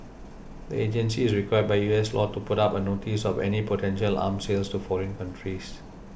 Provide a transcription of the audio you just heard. the agency is required by U S law to put up a notice of any potential arm sales to foreign countries